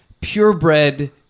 purebred